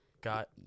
got